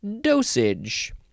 Dosage